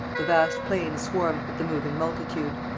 the vast plain swarmed with the moving multitude.